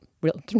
real